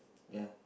yeah